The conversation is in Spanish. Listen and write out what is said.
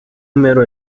mero